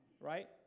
right